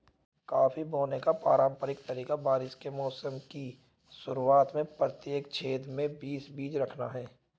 coffee बोने का पारंपरिक तरीका बारिश के मौसम की शुरुआत में प्रत्येक छेद में बीस बीज रखना है